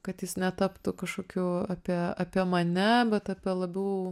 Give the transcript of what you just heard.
kad jis netaptų kažkokiu apie apie mane bet apie labiau